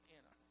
Anna